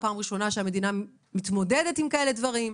פעם ראשונה שהמדינה מתמודדת עם כאלה דברים,